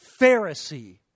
Pharisee